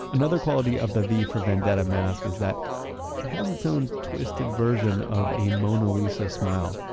another quality of the v for vendetta mask is that it has its own twisted version of a mona lisa smile.